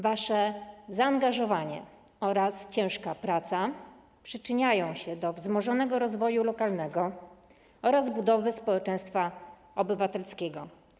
Wasze zaangażowanie oraz ciężka praca przyczyniają się do wzmożonego rozwoju lokalnego oraz budowy społeczeństwa obywatelskiego.